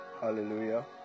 Hallelujah